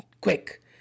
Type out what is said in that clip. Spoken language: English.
quick